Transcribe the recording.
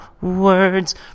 words